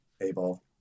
A-ball